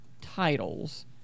titles